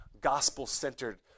gospel-centered